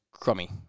crummy